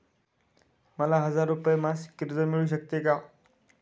मला हजार रुपये मासिक कर्ज मिळू शकते का?